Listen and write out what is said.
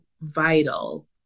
vital